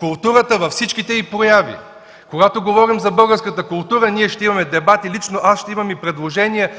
културата във всичките й прояви. Когато говорим за българската култура, ще имаме дебат и лично аз ще имам предложение